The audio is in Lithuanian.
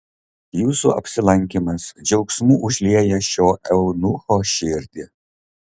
jūsų apsilankymas džiaugsmu užlieja šio eunucho širdį